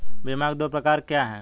बीमा के दो प्रकार क्या हैं?